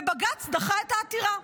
ובג"ץ דחה את העתירה.